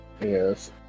Yes